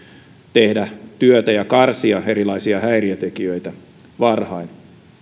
tehdä työtä ja karsia erilaisia häiriötekijöitä varhain